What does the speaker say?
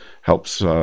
helps